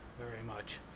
very much.